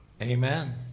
Amen